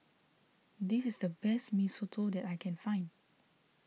this is the best Mee Soto that I can find